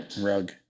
rug